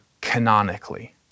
canonically